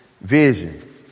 vision